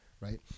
right